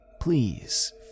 Please